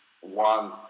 one